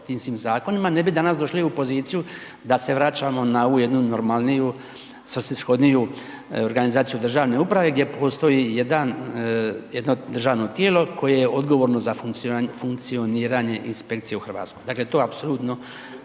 ne bi danas došli u poziciju da se vraćamo na ovu jednu normalniju, svrsishodniju organizaciju državne uprave gdje postoji jedan, jedno državno tijelo koje je odgovorno za funkcioniranje inspekcije u Hrvatskoj. Dakle, to apsolutno,